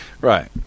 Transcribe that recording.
Right